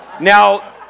Now